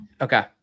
Okay